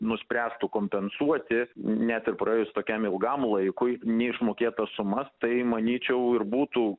nuspręstų kompensuoti net ir praėjus tokiam ilgam laikui neišmokėtas sumas tai manyčiau ir būtų